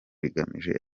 bigamije